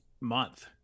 month